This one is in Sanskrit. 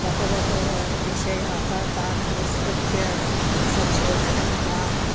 बहवः विषयाः तान् अनुसृत्य संशोधनं वा